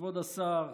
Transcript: שכבוד השר,